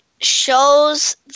shows